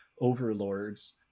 overlords